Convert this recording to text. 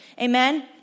Amen